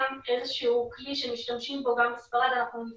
יש אמנם איזשהו כלי שמשתמשים בו גם בספרד קיימנו